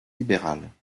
libérale